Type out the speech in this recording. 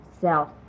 self